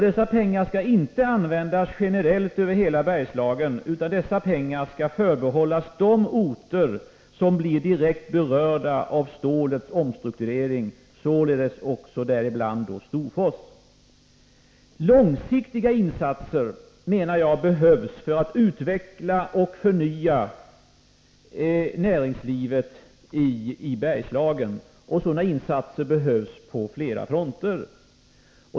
Dessa pengar skall inte användas generellt över hela Bergslagen utan förbehållas de orter som blir direkt berörda av stålets omstrukturering, däribland också Storfors. Långsiktiga insatser menar jag behövs för att näringslivet i Bergslagen skall utvecklas och förnyas. Sådana insatser behövs på flera fronter.